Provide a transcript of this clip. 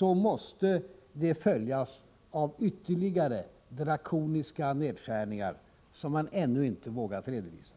måste det följas av ytterligare, drakoniska nedskärningar — som man ännu ej vågat redovisa.